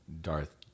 Darth